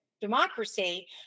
democracy